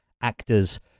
actors